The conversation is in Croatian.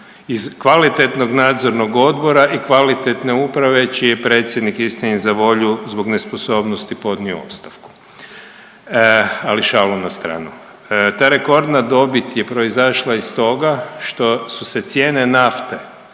i kvalitetnog nadzornog odbora i kvalitetne uprave čiji je predsjednik istini za volju zbog nesposobnosti podnio ostavku. Ali šalu na stranu. Ta rekordna dobit je proizašla iz toga što su se cijene nafte